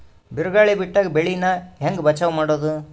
ಬಿರುಗಾಳಿ ಬಿಟ್ಟಾಗ ಬೆಳಿ ನಾ ಹೆಂಗ ಬಚಾವ್ ಮಾಡೊದು?